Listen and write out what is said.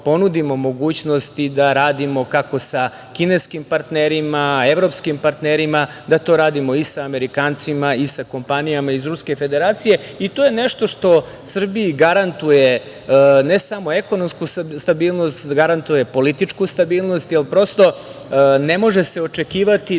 ponudimo mogućnosti da radimo kako sa kineskim partnerima, evropskim partnerima, da to radimo i sa Amerikancima i sa kompanijama iz Ruske Federacije. To je nešto što Srbiji garantuje ne samo ekonomsku stabilnost, garantuje političku stabilnost, jer prosto, ne može se očekivati da